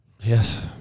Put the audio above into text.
Yes